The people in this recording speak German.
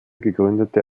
gegründete